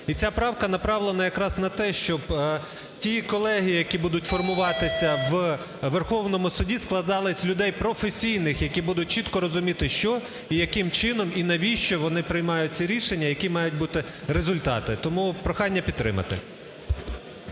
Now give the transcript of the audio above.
І ця правка направлена якраз на те, щоб ті колегії, які будуть формуватися у Верховному Суді, складалися з людей професійних, які будуть чітко розуміти, що і яким чином, і навіщо вони приймають ці рішення, які мають бути результати. Тому прохання підтримати.